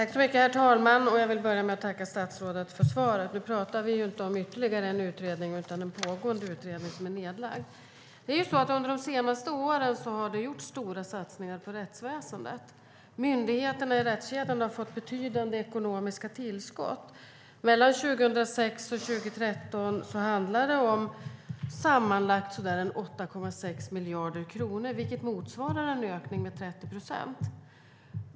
Herr talman! Jag vill börja med att tacka statsrådet för svaret. Men nu talar vi inte om ytterligare en utredning utan om en utredning som är nedlagd. Under de senaste åren har det gjorts stora satsningar på rättsväsendet. Myndigheterna i rättskedjan har fått betydande ekonomiska tillskott. Det handlar om sammanlagt 8,6 miljarder kronor mellan 2006 och 2013, vilket motsvarar en ökning med 30 procent.